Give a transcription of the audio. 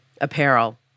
apparel